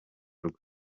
rwe